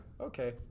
okay